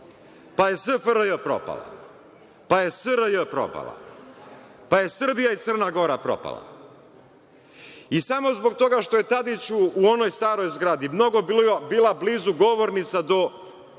Pa, je SFRJ, propala. Pa, je SRJ, propala. Pa, je Srbija i Crna Gora, propala. I, samo zbog toga što je Tadiću u onoj staroj zgradi mnogo blizu bila govornica do